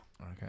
Okay